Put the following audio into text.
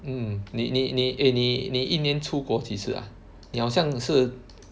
mm 你你你 eh 你你一年出过几次 ah 你好像是